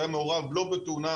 שלא היה מעורב בתאונה,